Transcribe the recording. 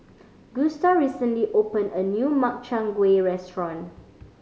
Gusta recently opened a new Makchang Gui restaurant